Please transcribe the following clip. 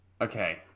Okay